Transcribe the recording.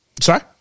Sorry